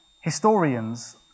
historians